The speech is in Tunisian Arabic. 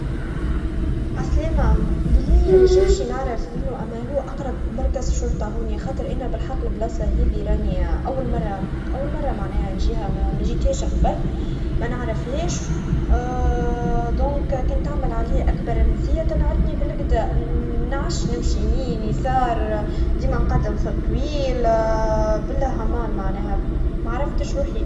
عسلاما بلي ننجم شي نعرف وينوا أما هو أقرب مركز شرطا هني, خاطر إنا بلحق المكان هنيا أول مرا, أول مرا معنا نجيها, مجيتهاش من قبل, منعرفهاش, دونك ممكن تعمل عليا أكبر مزيا تنعتني بالجدا, منعش نمشي يمين يسار, ديما نقدم فوطويل, لا بالله امان معنا, معرفتش روحي